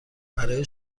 برای